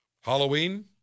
Halloween